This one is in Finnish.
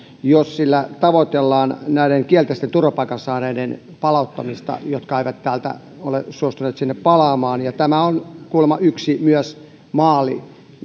jos sillä tavoitellaan näiden kielteisen turvapaikkapäätöksen saaneiden palauttamista jotka eivät täältä ole suostuneet sinne palaamaan ja tämä on kuulemma myös yksi maali